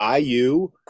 IU